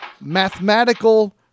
mathematical